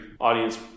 audience